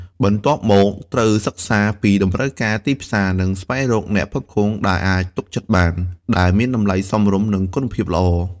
បន្ទាប់មក ត្រូវសិក្សាពីតម្រូវការទីផ្សារ និងស្វែងរកអ្នកផ្គត់ផ្គង់ដែលអាចទុកចិត្តបាន ដែលមានតម្លៃសមរម្យ និងគុណភាពល្អ។